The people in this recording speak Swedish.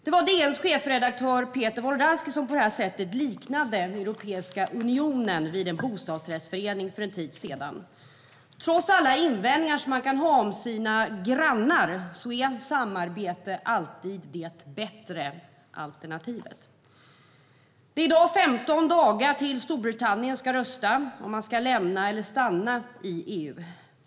Det var DN:s chefredaktör Peter Wolodarski som för en tid sedan liknade Europeiska unionen vid en bostadsrättsförening på det här sättet. Trots alla invändningar man kan ha om sina grannar är samarbete alltid det bättre alternativet. Det är i dag 15 dagar tills Storbritannien ska rösta om huruvida landet ska lämna eller stanna i EU.